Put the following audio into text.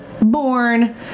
born